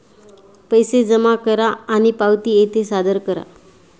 पैसे जमा करा आणि पावती येथे सादर करा